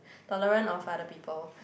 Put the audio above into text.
tolerant of other people